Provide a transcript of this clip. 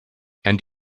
and